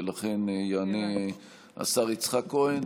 ולכן יענה השר יצחק כהן,